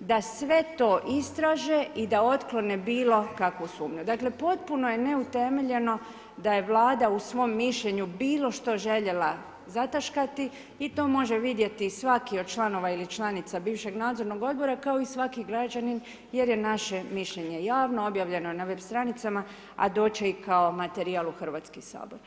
da sve to istraže i da otklone bilo kakvu sumnju. dakle, potpuno je neutemeljeno da je Vlada u svom mišljenju bilo što željela zataškati i to može vidjeti svaki od članova ili članica bivšeg Nadzornog odbora kao i svaki građanin, jer je naše mišljenje javno, objavljeno je na web stranicama, a doći će i kao materijal u Hrvatski sabor.